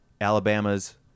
Alabama's